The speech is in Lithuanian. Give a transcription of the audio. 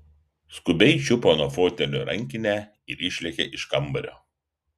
skubiai čiupo nuo fotelio rankinę ir išlėkė iš kambario